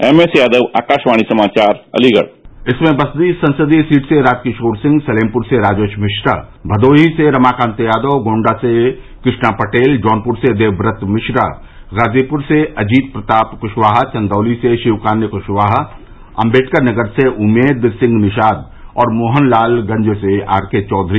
M S Yadav Akashvani समाचार अलीगढ़ इसमें बस्ती संसदीय सीट से राजकिशोर सिंह सलेमप्र से राजेश मिश्रा भदोही से रमाकांत यादव गोण्डा से कृष्णा पटेल जौनप्र से देवव्रत मिश्रा गाजीपुर से अजित प्रताप कुशवाहा चन्दौली से शिवकान्य कुशवाहा अम्बेडकरनगर से उम्मेद सिंह निषाद और मोहनलाल गंज से आरके चौधरी